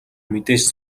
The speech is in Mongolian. мэдээж